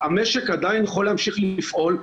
המשק עדיין יכול להמשיך לפעול.